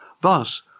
Thus